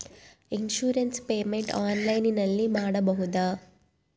Insurance payment ಆನ್ಲೈನಿನಲ್ಲಿ ಮಾಡಬಹುದಾ?